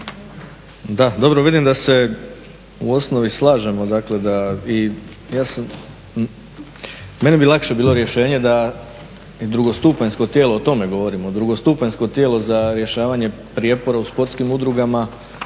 Da, dobro vidim da se u osnovi slažemo i meni bi lakše bilo rješenje da i drugostupanjsko tijelo, o tome govorim, drugostupanjsko tijelo za rješavanje prijepora u sportskim udrugama